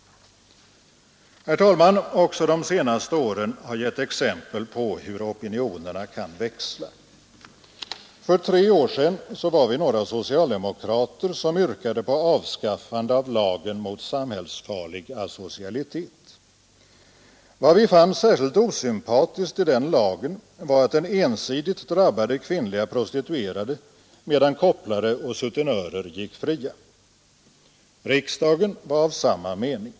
Herr talman! Också de senaste åren har gett exempel på hur opinionerna kan växla. För tre år sedan var vi några socialdemokrater som yrkade på avskaffande av lagen mot samhällsfarlig asocialitet. Vad vi fann särskilt osympatiskt i den lagen var att den ensidigt drabbade kvinnliga prostituerade, medan kopplare och sutenörer gick fria. Riksdagen var av samma mening.